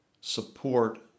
support